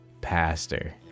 pastor